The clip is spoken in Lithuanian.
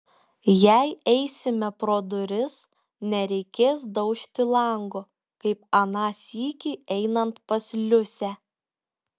jei eisime pro duris nereikės daužti lango kaip aną sykį einant pas liusę